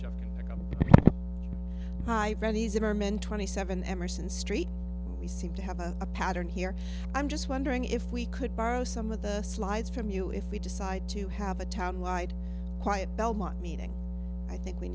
zimmerman twenty seven emerson street we seem to have a pattern here i'm just wondering if we could borrow some of the slides from you if we decide to have a town light quiet belmont meeting i think we